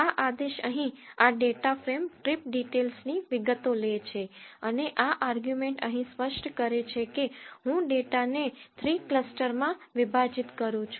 આ આદેશ અહીં આ ડેટા ફ્રેમ ટ્રિપ ડીટેલ્સ ની વિગતો લે છે અને આ આર્ગ્યુમેન્ટ અહીં સ્પષ્ટ કરે છે કે હું ડેટાને 3 ક્લસ્ટરમાં વિભાજીત માંગું છું